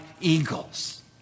eagles